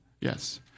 Yes